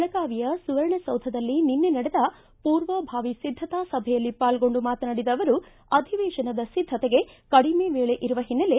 ಬೆಳಗಾವಿಯ ಸುವರ್ಣಸೌಧದಲ್ಲಿ ನಿನ್ನೆ ನಡೆದ ಪೂರ್ವಭಾವಿ ಸಿದ್ದತಾ ಸಭೆಯಲ್ಲಿ ಪಾಲ್ಗೊಂಡು ಮಾತನಾಡಿದ ಅವರು ಅಧಿವೇಶನದ ಸಿದ್ದತೆಗೆ ತಯಾರಿಗೆ ಕಡಿಮೆ ವೇಳೆ ಇರುವ ಹಿನ್ನೆಲೆ